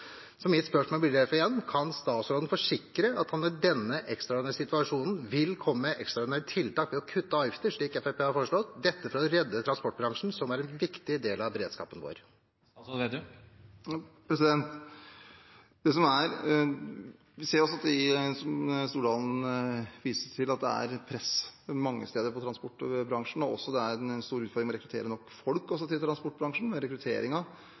Mitt spørsmål blir derfor igjen: Kan statsråden forsikre at han i denne ekstraordinære situasjonen vil komme med ekstraordinære tiltak ved å kutte avgifter, slik Fremskrittspartiet har foreslått, for å redde transportbransjen, som er en viktig del av beredskapen vår? Stordalen viser til at det er press mange steder for transportbransjen, og at det også er store utfordringer med å rekruttere nok folk. Når det gjelder rekruttering, merker vi det også